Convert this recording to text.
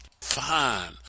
fine